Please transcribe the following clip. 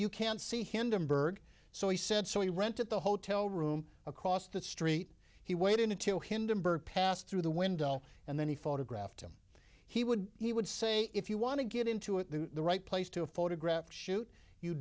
you can't see hand in bird so he said so he rented the hotel room across the street he waited until him to pass through the window and then he photographed him he would he would say if you want to get into it the right place to photograph shoot you